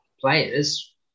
Players